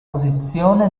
posizione